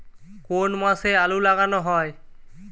কোন মাসে আলু লাগানো হয়?